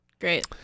great